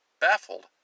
baffled